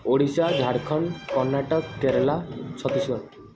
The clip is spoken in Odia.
ଓଡ଼ିଶା ଝାଡ଼ଖଣ୍ଡ କର୍ଣାଟକ କେରଲା ଛତିଶଗଡ଼